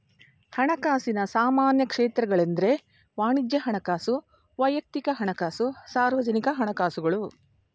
ಹಣಕಾಸಿನ ಸಾಮಾನ್ಯ ಕ್ಷೇತ್ರಗಳೆಂದ್ರೆ ವಾಣಿಜ್ಯ ಹಣಕಾಸು, ವೈಯಕ್ತಿಕ ಹಣಕಾಸು, ಸಾರ್ವಜನಿಕ ಹಣಕಾಸುಗಳು